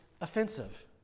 offensive